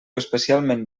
especialment